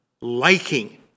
liking